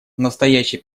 настоящий